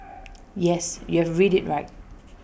yes you've read IT right